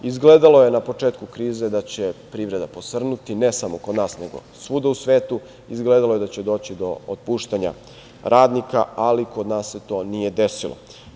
Izgledalo je na početku krize da će privreda posrnuti, ne samo kod nas nego svuda u svetu, izgledalo je da će doći do otpuštanja radnika, ali kod nas se to nije desilo.